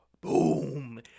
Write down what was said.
boom